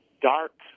dark